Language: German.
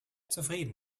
zufrieden